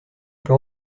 peux